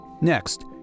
Next